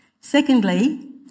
Secondly